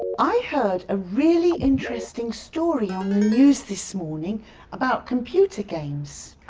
i heard a really interesting story on the news this morning about computer games.